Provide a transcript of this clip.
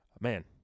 Man